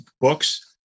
books